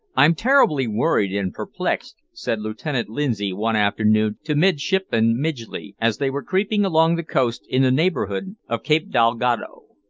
i'm terribly worried and perplexed, said lieutenant lindsay one afternoon to midshipman midgley, as they were creeping along the coast in the neighbourhood of cape dalgado.